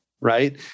right